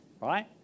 right